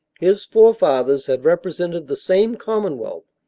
his forefathers had represented the same commonwealth,